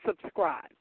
Subscribe